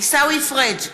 עיסאווי פריג'